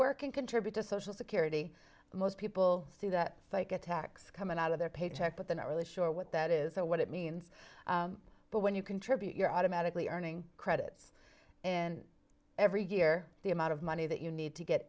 work and contribute to social security most people see that fica tax coming out of their paycheck but they're not really sure what that is or what it means but when you contribute you're automatically earning credits in every year the amount of money that you need to get